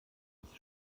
ist